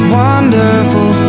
wonderful